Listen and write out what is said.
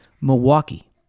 Milwaukee